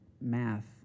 math